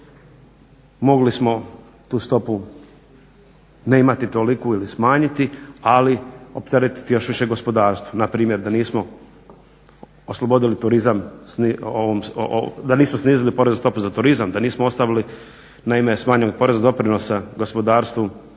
mogli smo tu stopu ne imati toliku ili smanjiti ali opteretiti još više gospodarstvo, npr. da nismo oslobodili turizam, da nismo snizili poreznu stopu za turizam, da nismo ostavili na ime smanjen porez doprinosa gospodarstvu